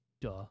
duh